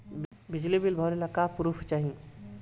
बिजली बिल भरे ला का पुर्फ चाही?